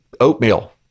Oatmeal